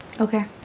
Okay